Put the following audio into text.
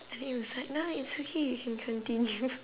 I think he was like nah it's okay you can continue